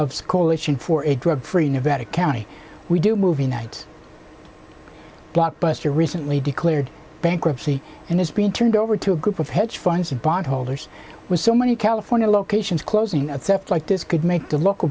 scorching for a drug free nevada county we do movie night blockbuster recently declared bankruptcy and it's been turned over to a group of hedge funds and bond holders with so many california locations closing a theft like this could make the local